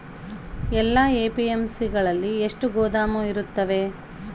ಎಲ್ಲಾ ಎ.ಪಿ.ಎಮ್.ಸಿ ಗಳಲ್ಲಿ ಎಷ್ಟು ಗೋದಾಮು ಇರುತ್ತವೆ?